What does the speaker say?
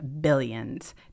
billions